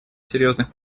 серьезных